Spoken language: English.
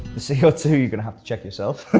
c o two, you're gonna have to check yourself.